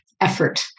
effort